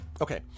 Okay